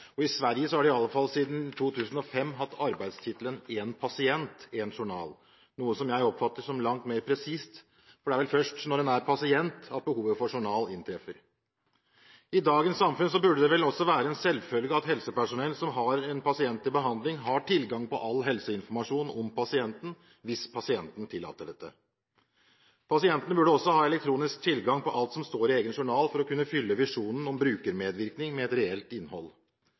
naboland. I Sverige har de i alle fall siden 2005 hatt arbeidstittelen Én pasient – én journal, noe jeg oppfatter som langt mer presist, for det er vel først når en er pasient at behovet for journal inntreffer. I dagens samfunn burde det vel også være en selvfølge at helsepersonell som har en pasient til behandling, har tilgang til all helseinformasjon om pasienten, hvis pasienten tillater det. Pasientene burde også ha elektronisk tilgang til alt som står i egen journal, for å kunne fylle visjonen om brukermedvirkning med reelt innhold.